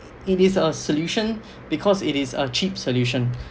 it is a solution because it is a cheap solution